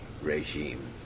regime